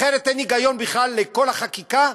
אחרת אין היגיון בכלל בכל החקיקה,